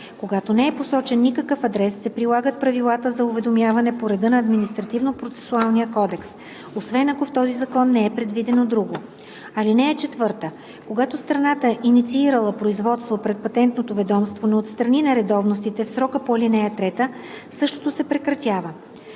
Когато не е посочен никакъв адрес, се прилагат правилата за уведомяване по реда на Административнопроцесуалния кодекс, освен ако в този закон не е предвидено друго. (4) Когато страната, инициирала производство пред Патентното ведомство не отстрани нередовностите в срока по ал. 3, същото се прекратява.